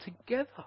together